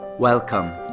Welcome